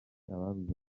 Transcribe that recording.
ababuze